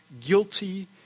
guilty